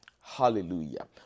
Hallelujah